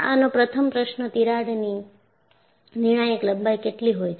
આનો પ્રથમ પ્રશ્ન તિરાડની નિર્ણાયક લંબાઈ કેટલી હોય છે